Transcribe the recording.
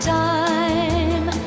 time